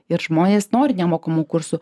ir žmonės nori nemokamų kursų